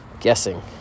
guessing